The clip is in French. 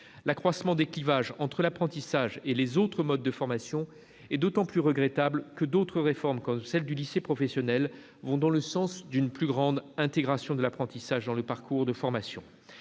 L'accroissement des clivages entre l'apprentissage et les autres modes de formation est d'autant plus regrettable que d'autres réformes, comme celle du lycée professionnel, vont dans le sens d'une plus grande intégration de l'apprentissage dans les parcours de formation.